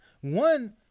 one